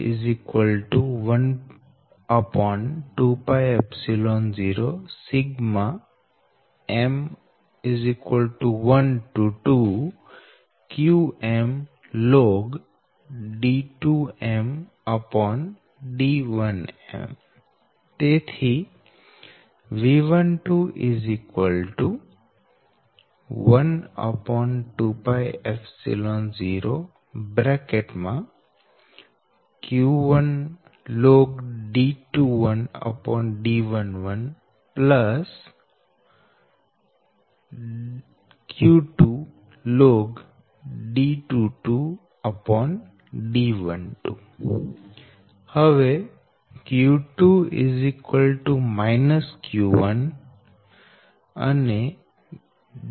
V12 120 m12qm lnD2mD1m V12120q1ln D21D11 q2ln D22D12 હવે q2 q1 અને D21 D12 D છે